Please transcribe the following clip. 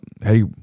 hey